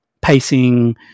pacing